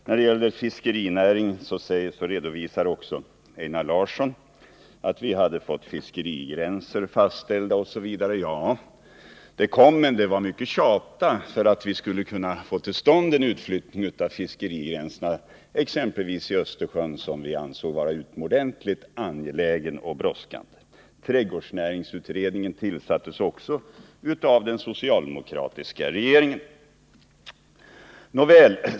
När det gäller fiskerinäringen redovisar också Einar Larsson att vi hade fått fiskerigränser fastställda osv. Ja, den ändringen kom, men det var mycket tjat för att vi skulle få till stånd en utflyttning av fiskerigränserna, exempelvis i Östersjön, som vi ansåg var utomordentligt angeläget och brådskande. Trädgårdsnäringsutredningen tillsattes också av den socialdemokratiska regeringen. Nåväl.